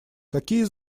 какие